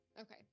Okay